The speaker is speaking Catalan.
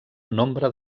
nombre